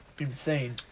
insane